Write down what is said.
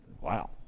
wow